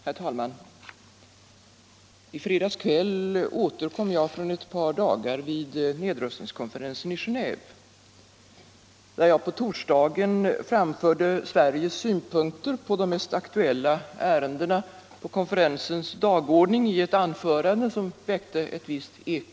Herr talman! I fredags kväll återkom jag från ett par dagar vid nedrustningskonferensen i Genéve, där jag på torsdagen i ett anförande som väckte ett visst eko i den internationella pressen framförde Sveriges synpunkter på de mest aktuella ärendena på konferensens dagordning.